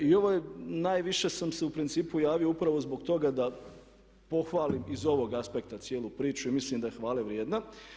I najviše sam se u principu javio upravo zbog toga da pohvalim iz ovog aspekta cijelu priču i mislim da je hvale vrijedna.